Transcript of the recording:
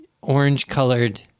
orange-colored